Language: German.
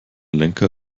lenker